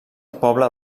poble